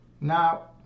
Now